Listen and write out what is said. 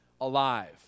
alive